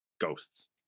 ghosts